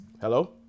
Hello